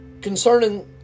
concerning